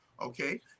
Okay